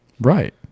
Right